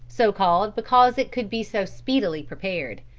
so called because it could be so speedily prepared.